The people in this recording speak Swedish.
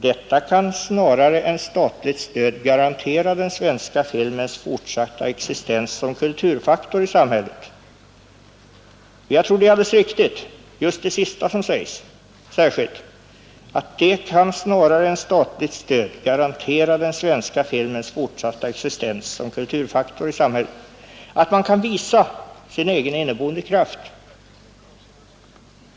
Detta kan snarare än statligt stöd garantera den svenska filmens fortsatta existens som kulturfaktor i samhället.” Jag tror att just det sista som sägs är alldeles riktigt. ”Detta kan snarare än statligt stöd garantera den svenska filmens fortsatta existens som kulturfaktor i samhället”, att man kan visa sin egen inneboende kraft.